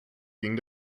ging